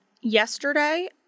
yesterday